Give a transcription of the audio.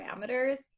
parameters